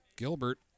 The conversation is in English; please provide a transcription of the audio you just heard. Gilbert